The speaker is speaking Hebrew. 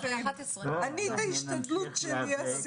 אני את ההשתדלות שלי עשיתי.